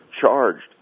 charged